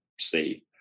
see